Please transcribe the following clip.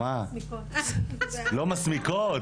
לא מסמיקות.